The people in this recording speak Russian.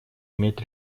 имеет